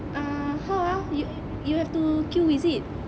ah how ah you you have to queue is it